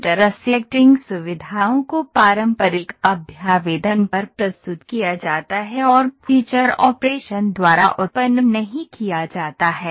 intersecting सुविधाओं को पारंपरिक अभ्यावेदन पर प्रस्तुत किया जाता है और फीचर ऑपरेशन द्वारा उत्पन्न नहीं किया जाता है